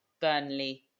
Burnley